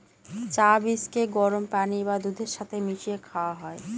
চা বীজকে গরম পানি বা দুধের সাথে মিশিয়ে খাওয়া হয়